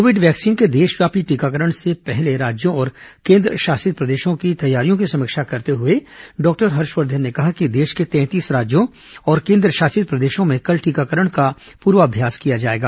Covid vaccine के देशव्यापी टीकाकरण से पहले राज्यों और केन्द्रशासित प्रदेशों की तैयारियों की समीक्षा करते हुए डॉक्टर हर्षवर्धन ने कहा कि देश के तैंतीस राज्यों और केन्द्रशासित प्रदेशों में कल टीकाकरण का पूर्वाभ्यास किया जाएगा